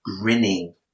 grinning